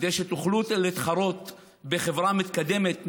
כדי שתוכלו להתחרות בחברה מתקדמת.